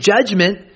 judgment